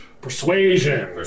persuasion